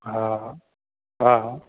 हा हा